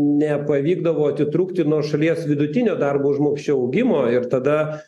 nepavykdavo atitrūkti nuo šalies vidutinio darbo užmokesčio augimo ir tada